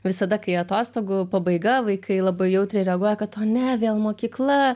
visada kai atostogų pabaiga vaikai labai jautriai reaguoja kad o ne vėl mokykla